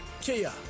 kia